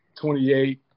28